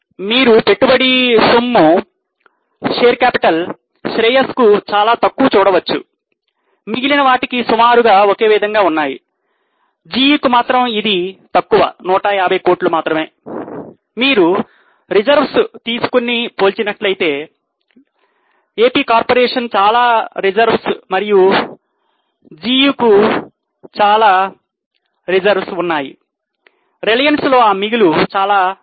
మీరు పెట్టుబడిదారి సొమ్ము మరియు GE కు చాలా మిగులు నిధులు ఉన్నాయి రిలయన్స్ లో ఆ మిగులు చాలా తక్కువ